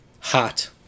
hot